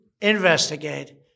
investigate